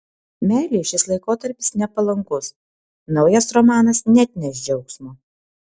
meilei šis laikotarpis nepalankus naujas romanas neatneš džiaugsmo